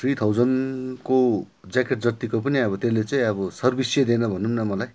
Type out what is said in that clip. three थाउजन्डको jacket जतिको पनि अब त्यसले चाहिँ अब सर्भिस चाहिँ दिएन भनौँ न मलाई